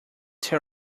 tell